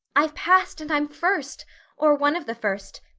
i've passed and i'm first or one of the first!